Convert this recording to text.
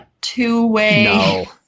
two-way